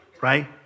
right